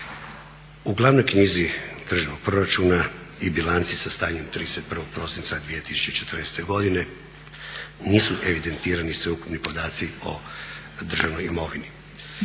U glavnoj knjizi državnog proračuna i bilanci sa stanjem 31. prosinca 2014. godine nisu evidentirani sveukupni podaci o državnoj imovini.